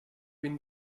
been